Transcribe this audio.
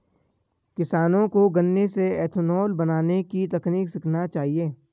किसानों को गन्ने से इथेनॉल बनने की तकनीक सीखना चाहिए